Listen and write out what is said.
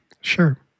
Sure